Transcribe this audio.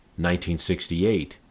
1968